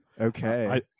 Okay